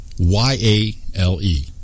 Y-A-L-E